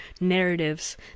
narratives